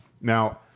now